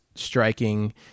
striking